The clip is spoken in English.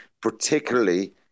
particularly